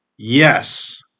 Yes